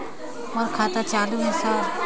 मोर खाता चालु हे सर?